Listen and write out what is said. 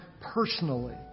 personally